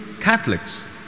Catholics